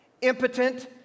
impotent